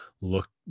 look